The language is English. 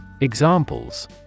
Examples